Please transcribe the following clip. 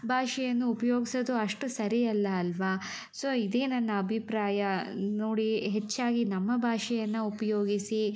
ಭಾಷೆಯನ್ನು ಉಪಯೋಗ್ಸೋದು ಅಷ್ಟು ಸರಿ ಅಲ್ಲ ಅಲ್ವ ಸೊ ಇದೇ ನನ್ನ ಅಭಿಪ್ರಾಯ ನೋಡಿ ಹೆಚ್ಚಾಗಿ ನಮ್ಮ ಭಾಷೆಯನ್ನು ಉಪಯೋಗಿಸಿ